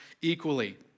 equally